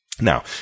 Now